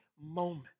moment